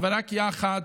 אבל רק יחד